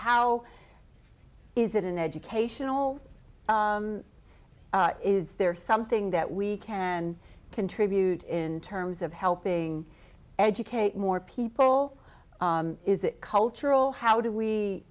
how is it an educational is there something that we can contribute in terms of helping educate more people is it cultural how do we